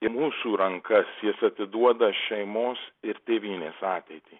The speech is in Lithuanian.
į mūsų rankas jis atiduoda šeimos ir tėvynės ateitį